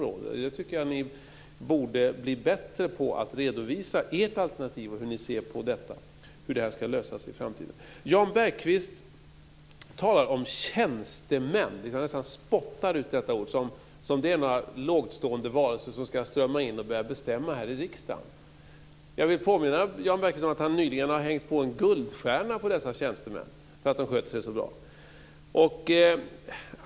Jag tycker att ni borde bli bättre på att redovisa ert alternativ, hur ni ser på detta och hur detta ska lösas i framtiden. Jan Bergqvist talar om tjänstemän - han nästan spottar ut detta ord - som om det är några lågtstående varelser som ska strömma in och börja bestämma här i riksdagen. Jag vill påminna Jan Bergqvist om att han nyligen har hängt på en guldstjärna på dessa tjänstemän för att de sköter sig så bra.